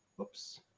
Oops